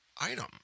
item